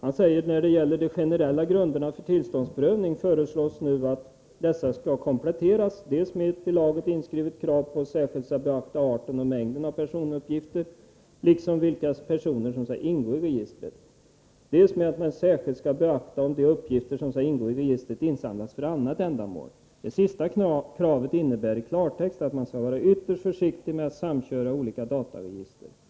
Han sade: ”När det gäller de generella grunderna för tillståndsprövningen föreslås nu att dessa skall kompletteras, dels med ett i lagen inskrivet krav på att man särskilt skall beakta arten och mängden personuppgifter liksom vilka personer som skall ingå i registret, dels med att man särskilt skall beakta om de uppgifter som skall ingå i registret insamlats för annat ändamål. Det sistnämnda kravet innebär i klartext att man skall vara ytterst försiktig med att samköra olika dataregister.